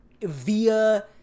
via